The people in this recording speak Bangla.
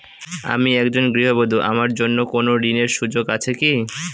আমি একজন গৃহবধূ আমার জন্য কোন ঋণের সুযোগ আছে কি?